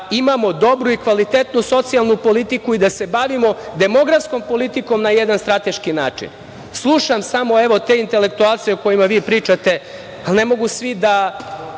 imamo dobru i kvalitetnu socijalnu politiku i da se bavimo demografskom politikom na jedan strateški način. Slušam samo te intelektualce o kojima vi pričate, ne mogu svi da